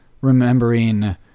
remembering